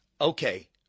Okay